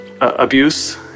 abuse